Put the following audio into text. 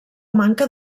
manca